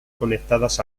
conectadas